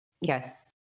Yes